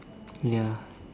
ya